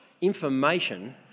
information